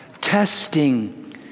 Testing